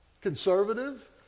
conservative